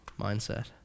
mindset